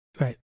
right